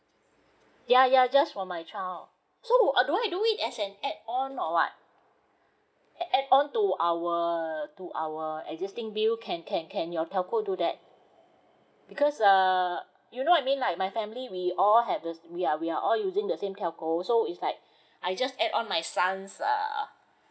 ya ya just for my child so uh do I do it as an add on or what add add-on to our to our existing bill can can can your telco do that because uh you know I mean like my family we all have those we are we are all using the same telco so it's like I just add on my son's err